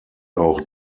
auch